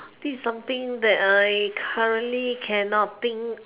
this is something that I currently cannot think